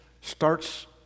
starts